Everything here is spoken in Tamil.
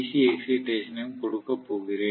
சி எக்ஸைடேசனையும் கொடுக்கப் போகிறேன்